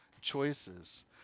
choices